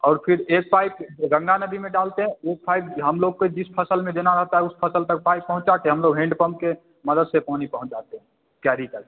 और फिर एक पाइप गंगा नदी में डालते हैं एक पाइप हम लोग के जिस फसल में देना रहता है उस फसल तक पाइप पहुँचा के हम लोग हैंडपंप के मदद से पानी पहुँचाते है कैरी करके